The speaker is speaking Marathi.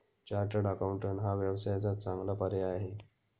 चार्टर्ड अकाउंटंट हा व्यवसायाचा चांगला पर्याय आहे